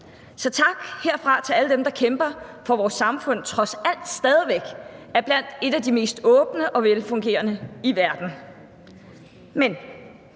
Så tak herfra til alle dem, der kæmper for, at vores samfund trods alt stadig væk er blandt et af de mest åbne og velfungerende i verden.